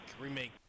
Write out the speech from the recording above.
remake